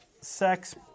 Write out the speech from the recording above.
sex